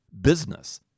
business